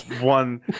one